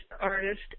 artist